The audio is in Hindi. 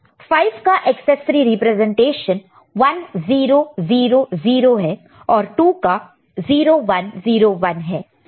तो 5 का एकसेस 3 रिप्रेजेंटेशन 1000 है और 2 का 0101 है